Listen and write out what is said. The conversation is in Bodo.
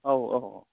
औ औ